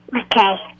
Okay